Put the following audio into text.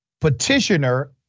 petitioner